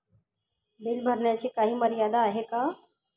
Bill भरण्याची काही मर्यादा आहे का?